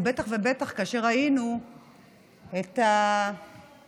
ובטח ובטח כאשר ראינו את היציאה,